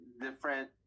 different